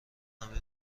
همه